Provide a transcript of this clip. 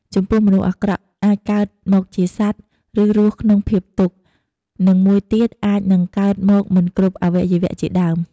ចំពោះមនុស្សអាក្រក់អាចកើត មកជាសត្វ ឬរស់ក្នុងភាពទុក្ខ និងមួយទៀតអាចនឹងកើតមកមិនគ្រប់អាវៈយវៈជាដើម។